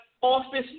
Office